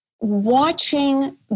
watching